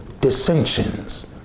dissensions